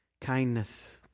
Kindness